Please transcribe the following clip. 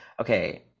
okay